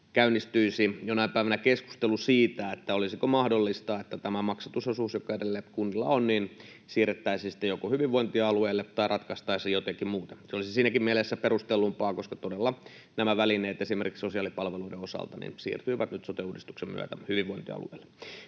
käynnistyisi jonain päivänä keskustelu siitä, olisiko mahdollista, että tämä maksatusosuus, joka edelleen kunnilla on, siirrettäisiin joko hyvinvointialueille tai ratkaistaisiin jotenkin muuten. Se olisi siinäkin mielessä perustellumpaa, koska todella nämä välineet esimerkiksi sosiaalipalveluiden osalta siirtyivät nyt sote-uudistuksen myötä hyvinvointialueille.